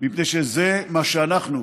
מפני שזה מה שאנחנו,